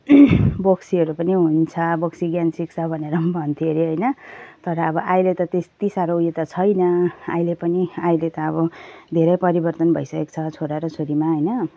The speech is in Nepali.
बोक्सीहरू पनि हुन्छ बोक्सी ज्ञान सिक्छ भनेर पनि भन्थे अरे होइन तर अब अहिले त त्यति साह्रो यो त छैन अहिले पनि अहिले त अब धेरै परिवर्तन भइसकेको छ छोरा र छोरीमा होइन